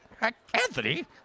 Anthony